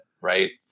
right